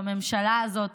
בממשלה הזאת.